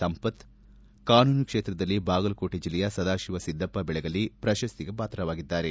ಸಂಪತ್ ಕಾನೂನು ಕ್ಷೇತ್ರದಲ್ಲಿ ಬಾಗಲಕೋಟೆ ಜಿಲ್ಲೆಯ ಸದಾಶಿವ ಸಿದ್ದಪ್ಪ ಬೆಳಗಲಿ ಪ್ರಶಸ್ತಿಗೆ ಪಾತ್ರವಾಗಿದ್ದಾರೆ